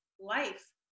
life